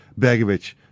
Begovic